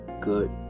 good